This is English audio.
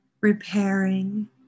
repairing